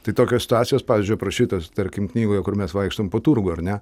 tai tokios situacijos pavyzdžiui aprašytos tarkim knygoje kur mes vaikštom po turgų ar ne